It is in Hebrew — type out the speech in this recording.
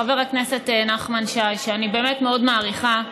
חבר הכנסת נחמן שי, שאני באמת מאוד מעריכה: